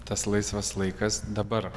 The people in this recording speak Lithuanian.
tas laisvas laikas dabar